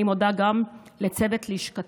אני מודה גם לצוות לשכתי.